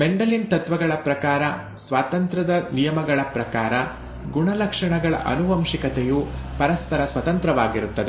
Mendelian ತತ್ವಗಳ ಪ್ರಕಾರ ಸ್ವಾತಂತ್ರ್ಯದ ನಿಯಮಗಳ ಪ್ರಕಾರ ಗುಣಲಕ್ಷಣಗಳ ಆನುವಂಶಿಕತೆಯು ಪರಸ್ಪರ ಸ್ವತಂತ್ರವಾಗಿರುತ್ತದೆ